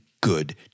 good